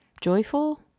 joyful